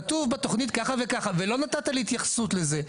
כתוב בתוכנית ככה וככה ולא נתת לי התייחסות לזה,